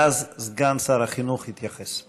ואז סגן שר החינוך יתייחס.